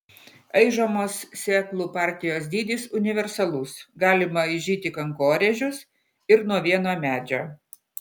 aižomos sėklų partijos dydis universalus galima aižyti kankorėžius ir nuo vieno medžio